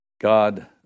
God